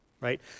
right